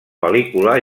pel·lícula